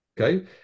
okay